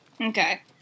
Okay